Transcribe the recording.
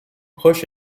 proche